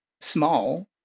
small